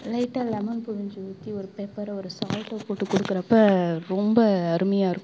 லைட்டாக லெமன் பிழிஞ்சி ஊற்றி ஒரு பெப்பர் ஒரு சால்ட்டோ போட்டு கொடுக்குறப்ப ரொம்ப அருமையாக இருக்கும்